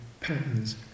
patterns